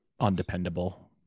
undependable